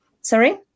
Sorry